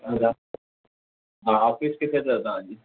हा ऑफ़िस किथे अथव तव्हांजी